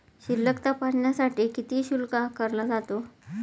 शिल्लक तपासण्यासाठी किती शुल्क आकारला जातो?